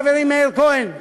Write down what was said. חברי מאיר כהן,